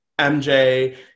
MJ